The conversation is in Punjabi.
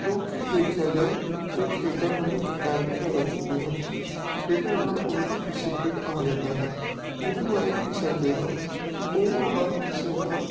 ਲੋਕ ਦੇਖਿਆ ਜਾਏ ਤਾਂ ਖੇਡਾਂ ਨਾਲ ਇੱਕ ਇਹ ਵੀ ਫਾਇਦਾ ਚੁੱਕਦੇ ਹਨ ਕਿ ਖੇਡਾਂ ਨਾਲ ਉਹਨਾਂ ਨੂੰ ਡਿਸਿਪਲਿਨ ਆ ਜਾਂਦਾ ਹੈ ਜਿਹਨੂੰ ਇਹ ਕਹਿ ਸਕਦੇ ਹਾਂ ਕਿ ਉਹ ਹਰ ਕਿਸੇ ਨਾਲ